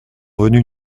venus